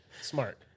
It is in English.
Smart